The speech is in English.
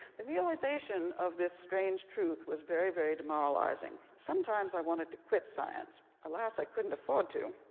the realization of this strange truth was very, very demoralizing. sometimes i wanted to quit science. alas, i couldn't afford to.